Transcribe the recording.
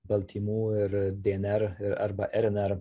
baltymų ir dnr ir arba rnr